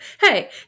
hey